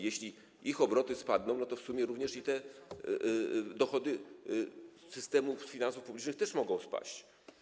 Jeśli ich obroty spadną, to w sumie również te dochody systemu finansów publicznych mogą spaść.